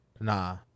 Nah